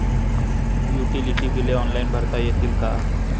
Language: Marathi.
युटिलिटी बिले ऑनलाईन भरता येतील का?